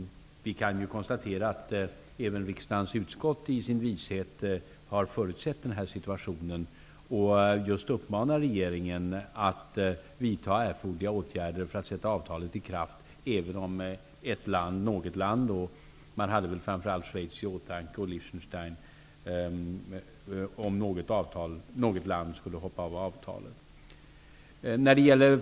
Även riksdagens utskott har i sin vishet förutsett den här situationen och uppmanar regeringen att vidta erforderliga åtgärder för att sätta avtalet i kraft, även om något land -- man hade väl framför allt Schweiz och Liechtenstein i åtanke -- skulle hoppa av avtalet.